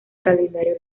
calendario